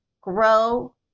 grow